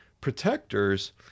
Protectors